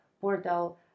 Portal